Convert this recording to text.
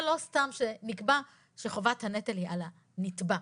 הם לא סתם שנקבע שחובת הנטל היא על הנתבע.